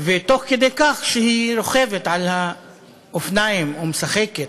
תוך כדי כך שהיא רוכבת על האופניים ומשחקת.